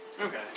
Okay